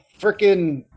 freaking